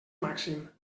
màxim